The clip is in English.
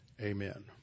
amen